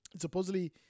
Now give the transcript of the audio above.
supposedly